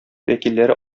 вәкилләре